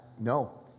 No